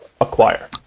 acquire